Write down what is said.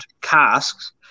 casks